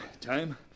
Time